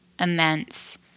immense